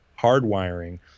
hardwiring